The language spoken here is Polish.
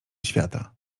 świata